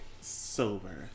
Sober